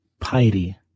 Piety